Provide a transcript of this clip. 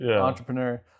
entrepreneur